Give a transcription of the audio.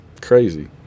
crazy